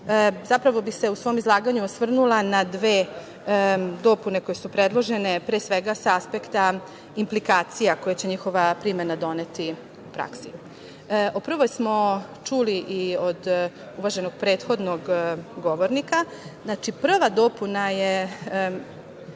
Zapravo bih se u svom izlaganju osvrnula na dve dopune koje su predložene, pre svega, sa aspekta implikacija koja će njihova primena doneti u praksi.U prvoj smo čuli i od uvaženog prethodnog govornika, znači, prva dopuna je